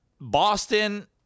Boston